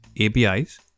APIs